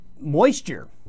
moisture